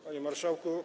Panie Marszałku!